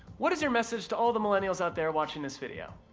what is your message to all the millennials out there watching this video?